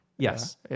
Yes